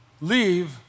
leave